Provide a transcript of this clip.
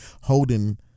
holding